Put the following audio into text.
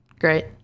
Great